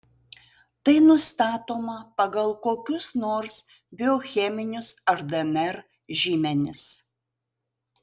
tai nustatoma pagal kokius nors biocheminius ar dnr žymenis